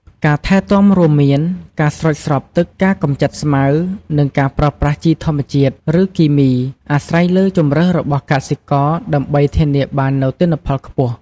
ការថែទាំរួមមានការស្រោចស្រពទឹក ការកម្ចាត់ស្មៅ និងការប្រើប្រាស់ជីធម្មជាតិ ឬគីមី អាស្រ័យលើជម្រើសរបស់កសិករ ដើម្បីធានាបាននូវទិន្នផលខ្ពស់។